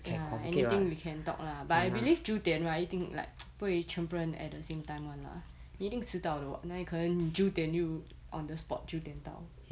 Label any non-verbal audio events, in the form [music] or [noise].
ya anything we can talk lah but I believe 九点 right 一定 like [noise] 不会全部人 at the same time [one] lah 一定迟到的 [what] 哪里可能九点 you on the spot 九点到